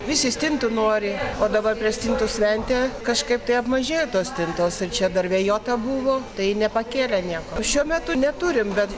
visi stintų nori o dabar prieš stintų sventę kažkaip tai apmažėjo tos stintos tai čia dar vėjuota buvo tai nepakėlė nieko šiuo metu neturim bet